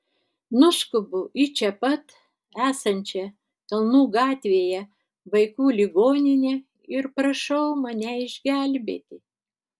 nuskubu į čia pat esančią kalnų gatvėje vaikų ligoninę ir prašau mane išgelbėti